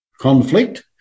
conflict